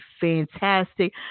fantastic